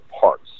parts